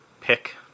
pick